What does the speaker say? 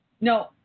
No